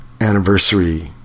anniversary